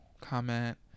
comment